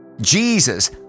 Jesus